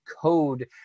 code